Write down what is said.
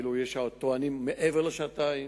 יש הטוענים מעבר לשעתיים.